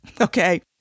Okay